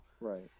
Right